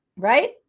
right